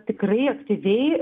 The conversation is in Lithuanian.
tikrai aktyviai